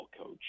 coach